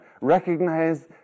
Recognize